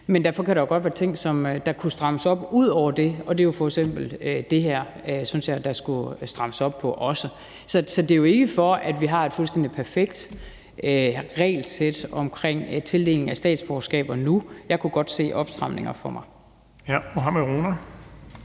Men derfor kan der godt være ting, der kunne strammes op, ud over det, og det er f.eks. det her, synes jeg, der også skulle strammes op på. Så det er jo ikke, fordi vi har et fuldstændig perfekt regelsæt omkring tildeling af statsborgerskaber nu. Jeg kunne godt se opstramninger for mig.